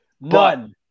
None